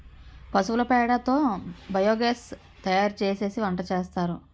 పశువుల పేడ తో బియోగాస్ తయారుసేసి వంటసేస్తారు